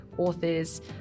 authors